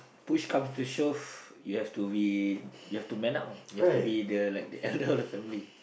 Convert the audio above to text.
push come to shove you have to be you have to man up you have be the like the elder of the family